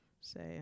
say